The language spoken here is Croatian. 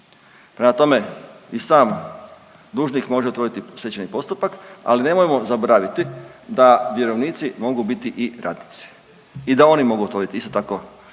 Prema tome i sam dužnik može otvoriti stečajni postupak, ali nemojmo zaboraviti da vjerovnici mogu biti i radnici i da oni mogu otvoriti isto tako